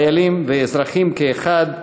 חיילים ואזרחים כאחד,